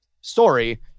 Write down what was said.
story